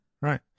Right